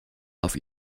auf